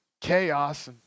chaos